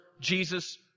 Jesus